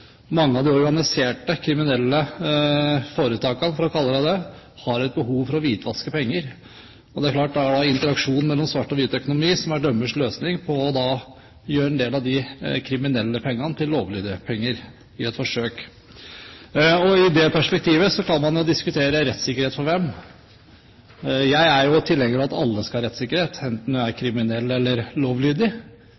Mange av de organiserte, kriminelle foretakene, for å kalle dem det, har et behov for å hvitvaske penger, og det er klart det er interaksjon mellom svart og hvit økonomi som er deres løsning på å gjøre en del av de kriminelle pengene til lovlydige penger i et forsøk. I det perspektivet kan man diskutere rettssikkerhet for hvem. Jeg er tilhenger av at alle skal ha rettssikkerhet, enten du er